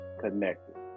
connected